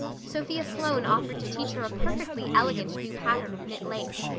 sophia sloane offered to teach her a perfectly elegant new pattern of knit lace,